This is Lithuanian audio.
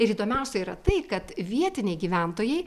ir įdomiausia yra tai kad vietiniai gyventojai